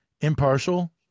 impartial